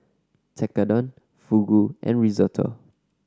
Tekkadon Fugu and Risotto